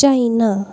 China